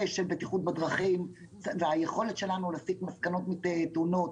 בטיחות בדרכים והיכולת שלנו להסיק מסקנות מתאונות,